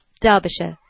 Derbyshire